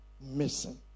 missing